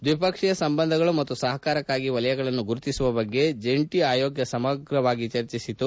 ದ್ವಿಪಕ್ಷೀಯ ಸಂಬಂಧಗಳು ಮತ್ತು ಸಪಕಾರಕ್ಕಾಗಿ ವಲಯಗಳನ್ನು ಗುರುತಿಸುವ ಬಗ್ಗೆ ಜಂಟಿ ಆಯೋಗ ಸಮಗ್ರವಾಗಿ ಚರ್ಚಿಸಿತು